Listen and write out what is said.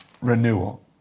renewal